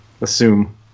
assume